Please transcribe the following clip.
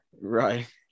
Right